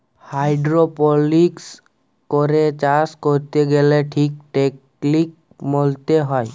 hydroponics করে চাষ ক্যরতে গ্যালে ঠিক টেকলিক মলতে হ্যয়